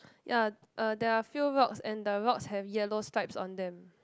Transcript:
ya uh there are few rocks and the rocks have yellow stripes on them